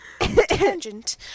tangent